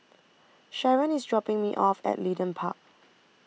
Sheron IS dropping Me off At Leedon Park